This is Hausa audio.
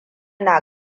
na